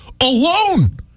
alone